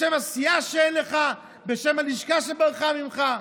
בשם הסיעה שאין לך, בשם הלשכה שברחה ממך?